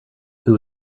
who